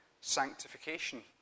sanctification